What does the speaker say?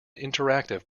interactive